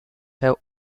have